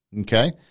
okay